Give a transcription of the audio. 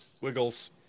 wiggles